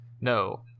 no